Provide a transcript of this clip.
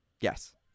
Yes